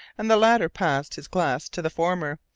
and the latter passed his glass to the former,